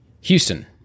Houston